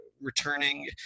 returning